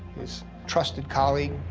his trusted colleague,